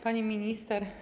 Pani Minister!